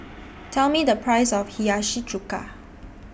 Tell Me The Price of Hiyashi Chuka